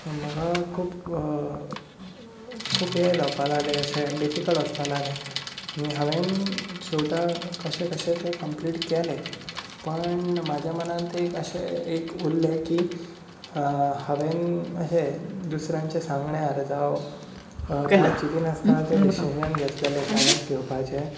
म्हाका खूब खूब हें जावपा लागले हें अशें डीफीकल्ट वचपा लागलें आनी हांवेन शेवटाक कशें कशें ते कमप्लीट केलें पूण म्हाज्या मनांत तें अशें एक उरलें की हांवेन अशें दुसऱ्याच्या सांगण्यार जावं काय चिती नासतना तें डिसीजन घेतलेंले सायन्स घेवपाचें